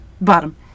Bottom